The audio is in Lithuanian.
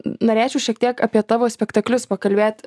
norėčiau šiek tiek apie tavo spektaklius pakalbėt